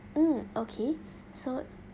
mm okay so